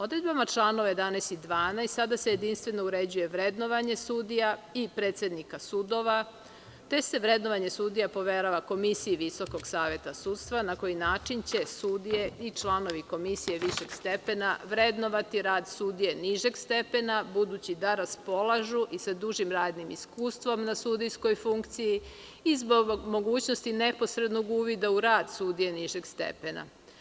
Odredbama članova 11. i 12. sada se jedinstveno uređuje vrednovanje sudija i predsednika sudova, te se vrednovanje sudija poverava Komisiji Visokog saveta sudstva na koji način će sudije i članovi Komisije višeg stepena vrednovati rad sudije nižeg stepena, budući da raspolažu i sa dužim radnim iskustvom na sudijskoj funkciji i zbog mogućnosti neposrednog uvida u rad sudija nižeg stepena.